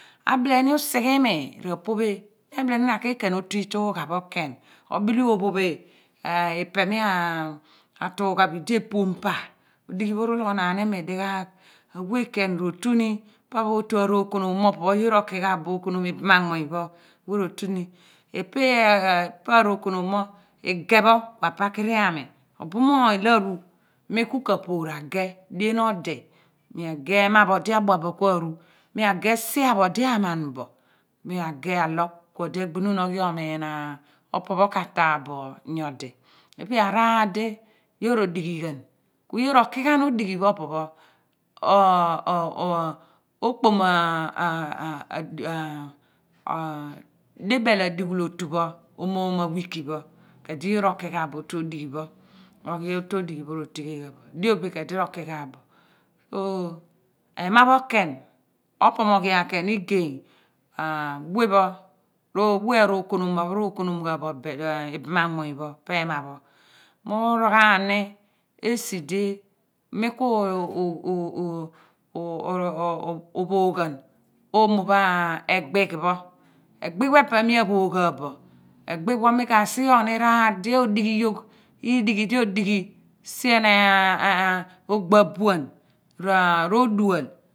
Abile ni ubighe imi ra pophe abile ra ki khen otu iitugha pho khen obile ophophe ipe mi atugha bo idi epuom pa odighi pho ru logh naan imi dighaagh awe khen ro tu nipa pho otu arokonom mo opo pho yoor ro ki gha bo okonom ibam anmuuny pho awe ro tuni ipe pa arokonom mo igeh pho ku a pikiri ami obumoony laru miku ka porageh dien odi mi ageh ema pho odi abua bo kuaru mi geh sia pho odi aman bo mi ageh adogh ku odi agbinon oghi omiin opo pho ka taapho bo nyodi ipe araar di yoor ro dighi ghan ku yoor roki ghan odighi pho opo pho okpom dibel adughul otu pho omoom awiki pho kui edi yoor ba bo otu odighi pho ogbar odighi pho re higheel gba bo die bio tue di do kai gha bo bo ema khen bpomoghan khen igey we pho we arorumowa rokougu gha bo ibam anmrunny pho po ema pho urol gborode bi di mi ku lahon upho ghan osun pho egbigh pho egbigh pho epe pho mi aphoga bo egbigh pho wi ka sighigh ni raar di odighi yogh idighi di odighi sien ogbo abuan ro dual